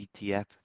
etf